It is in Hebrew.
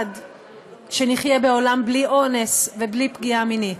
שבו נחיה בעולם בלי אונס ובלי פגיעה מינית.